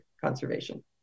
conservation